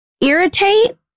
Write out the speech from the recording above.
Irritate